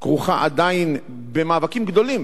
כרוכה עדיין במאבקים גדולים